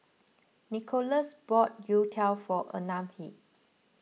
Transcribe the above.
Nickolas bought Youtiao for Anahi